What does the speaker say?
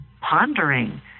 pondering